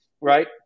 right